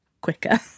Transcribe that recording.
quicker